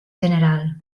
general